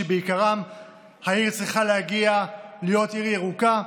שבעיקרם העיר צריכה להגיע להיות עיר ירוקה,